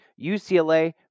UCLA